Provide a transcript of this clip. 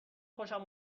خوشم